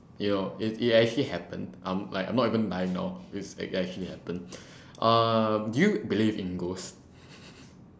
yo it it actually happened um I'm like I'm not even lying now it's actually happened um do you believe in ghosts